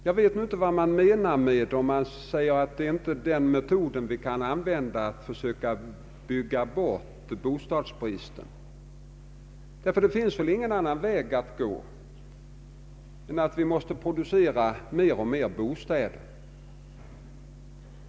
Jag vet inte vad man menar då man säger att det inte är den metoden vi skall använda när det gäller att försöka få bort bostadsbristen, ty det finns väl ingen annan väg att gå än att producera mer och mer bostäder.